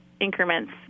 increments